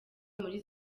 muri